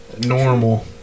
normal